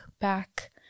back